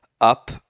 up –